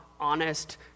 honest